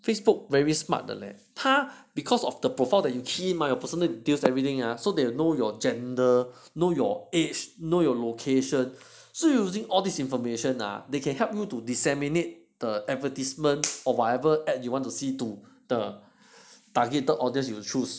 Facebook very smart 的嘞他 because of the profile that you key in mah your personal details everything ah so they'll know your gender know your age know your location so using all this information are they can help you to disseminate the advertisements or whatever and you want to see to the targeted audience you choose